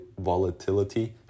volatility